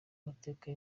mateka